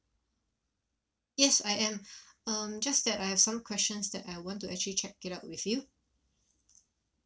yes I am um just that I have some questions that I want to actually check it out with you